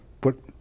put